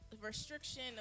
restriction